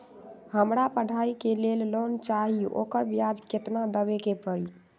हमरा पढ़ाई के लेल लोन चाहि, ओकर ब्याज केतना दबे के परी?